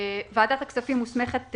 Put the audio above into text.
ועדת הכספים מוסמכת,